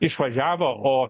išvažiavo o